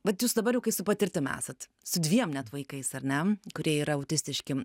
vat jūs dabar jau kai su patirtim esat su dviem net vaikais ar ne kurie yra autistiški